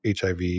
HIV